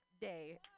day